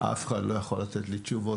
אף אחד לא יכול לתת לי תשובות.